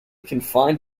confined